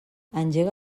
engega